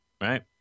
Right